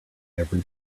every